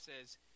says